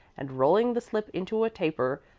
and rolling the slip into a taper,